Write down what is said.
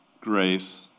grace